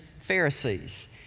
Pharisees